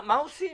מה עושים?